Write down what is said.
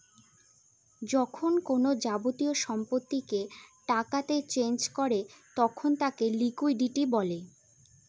যখন কোনো যাবতীয় সম্পত্তিকে টাকাতে চেঞ করে তখন তাকে লিকুইডিটি বলে